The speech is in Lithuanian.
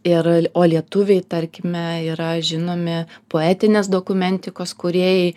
ir o lietuviai tarkime yra žinomi poetinės dokumentikos kūrėjai